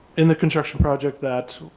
in the construction project that,